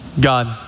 God